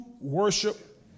worship